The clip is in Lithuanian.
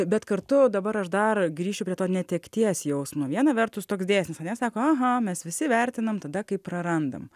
bet kartu dabar aš dar grįšiu to netekties jausmo viena vertus toks dėsnis ar ne sako aha mes visi vertinam tada kai prarandam